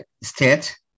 state